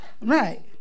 right